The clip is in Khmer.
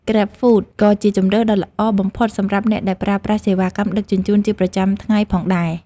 ក្រេបហ្វូត ក៏ជាជម្រើសដ៏ល្អបំផុតសម្រាប់អ្នកដែលប្រើប្រាស់សេវាកម្មដឹកជញ្ជូនជាប្រចាំថ្ងៃផងដែរ។